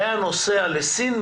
והיה נוסע לסין,